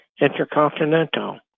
Intercontinental